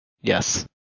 Yes